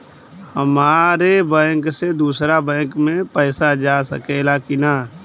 हमारे बैंक से दूसरा बैंक में पैसा जा सकेला की ना?